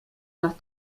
nach